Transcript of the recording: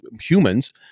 humans